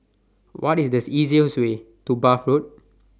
What IS These easiest Way to Bath Road